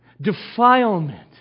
defilement